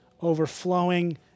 overflowing